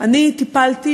אני טיפלתי